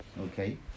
okay